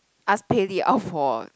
ask Pei-Li out for